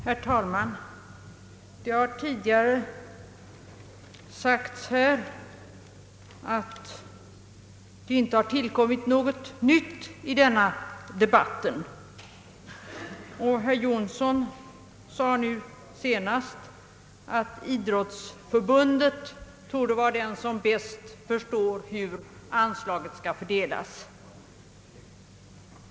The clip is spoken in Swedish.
Herr talman! Här har tidigare sagts att det inte tillkommit något nytt i denna debatt, och herr Jonsson sade nu senast att Riksidrottsförbundet torde vara den instans som bäst förstår hur anslaget bör fördelas.